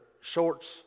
shorts